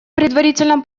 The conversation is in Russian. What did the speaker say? предварительном